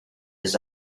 his